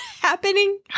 happening